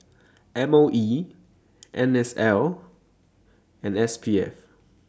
M O E N S L and S P F